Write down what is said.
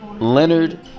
Leonard